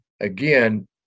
again